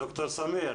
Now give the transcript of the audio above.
ד"ר סמיר